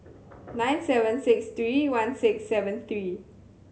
nine seven six three one six seven three